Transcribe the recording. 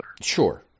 Sure